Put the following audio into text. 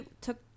took